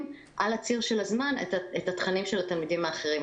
על הציר של הזמן את התכנים של התלמידים האחרים,